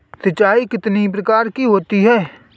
सिंचाई कितनी प्रकार की होती हैं?